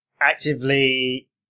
actively